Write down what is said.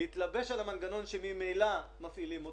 להתלבש על המנגנון שממילא מפעילים אותו,